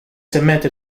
cemented